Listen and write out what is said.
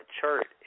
chart